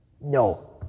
No